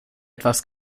etwas